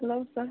hello sir